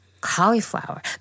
cauliflower